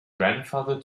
grandfather